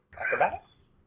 Acrobatics